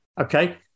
Okay